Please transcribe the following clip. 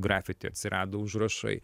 grafiti atsirado užrašai